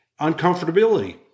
uncomfortability